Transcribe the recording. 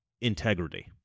integrity